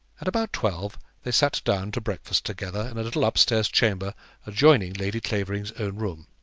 at about twelve they sat down to breakfast together in a little upstairs chamber adjoining lady clavering's own room,